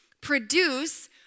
produce